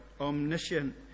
omniscient